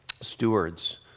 stewards